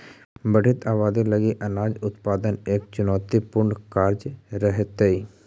बढ़ित आबादी लगी अनाज उत्पादन एक चुनौतीपूर्ण कार्य रहेतइ